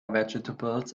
vegetables